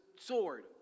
sword